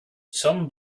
some